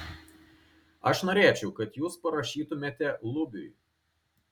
aš norėčiau kad jūs parašytumėte lubiui